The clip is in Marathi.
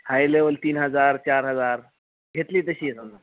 हाय लेवल तीन हजार चार हजार घेतली तशी समजा